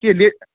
के ले